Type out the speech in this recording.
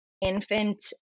infant